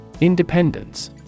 Independence